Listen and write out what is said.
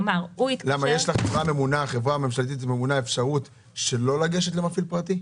יש לחברה הממשלתית הממונה אפשרות שלא לגשת למפעיל פרטי?